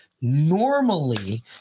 Normally